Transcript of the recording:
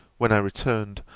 when i returned,